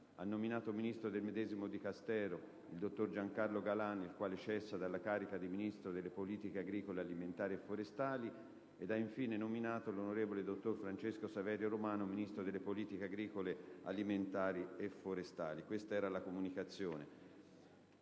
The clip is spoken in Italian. ha nominato Ministro del medesimo Dicastero il dott. Giancarlo GALAN, il quale cessa dalla carica di Ministro delle politiche agricole alimentari e forestali, ed ha infine nominato l'on. Dott. Francesco Saverio ROMANO Ministro delle politiche agricole alimentari e forestali. F. to Silvio Berlusconi»